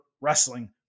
Wrestling